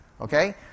Okay